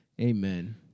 Amen